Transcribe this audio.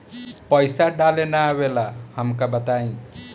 पईसा डाले ना आवेला हमका बताई?